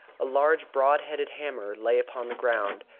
a large broad-headed hammer lay upon the ground,